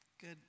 Good